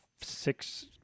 six